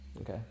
Okay